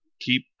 keep